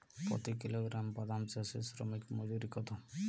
প্রতি কিলোগ্রাম বাদাম চাষে শ্রমিক মজুরি কত?